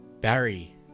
Barry